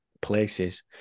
places